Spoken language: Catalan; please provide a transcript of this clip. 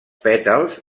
pètals